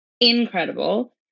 incredible